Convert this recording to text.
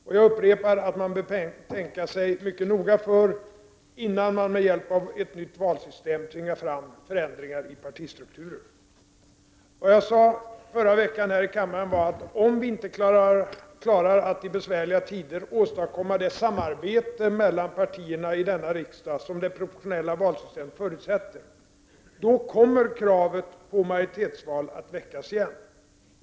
Och jag upprepar att man bör tänka sig mycket noga för innan man med hjälp av ett nytt valsystem tvingar fram förändringar i partistrukturer. Vad jag sade förra veckan här i kammaren var att om vi inte klarar att i besvärliga tider åstadkomma det samarbete mellan partierna i denna riksdag som det proportionella valsystemet förutsätter, då kommer kravet på majoritetsval att väckas igen.